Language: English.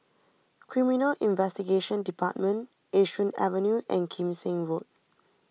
Criminal Investigation Department Yishun Avenue and Kim Seng Road